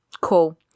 cool